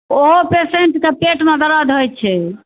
ओहो पेशेन्टके पेटमे दरद होइ छै